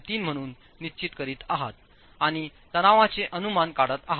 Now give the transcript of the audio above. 003 म्हणून निश्चित करीत आहात आणि तणावाचे अनुमान काढत आहात